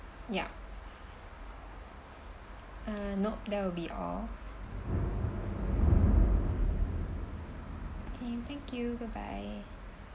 yup uh nope that would be all okay thank you bye bye